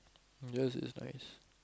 yours is nice